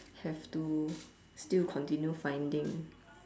have to still continue finding